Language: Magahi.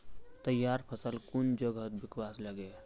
तैयार फसल कुन जगहत बिकवा लगे?